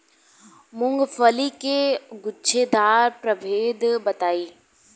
मूँगफली के गूछेदार प्रभेद बताई?